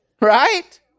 right